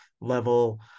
level